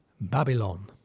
Babylon